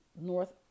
North